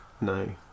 No